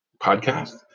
podcast